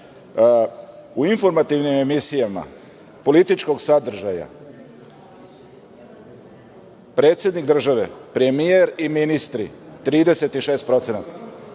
informativnim emisijama političkog sadržaja, predsednik države, premijer i ministri 36%.